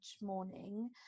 morning